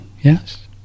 Yes